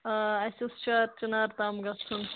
آ اَسہِ اوس چار چِنار تام گژھُن